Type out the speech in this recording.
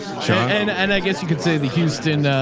so and and i guess you could say the houston,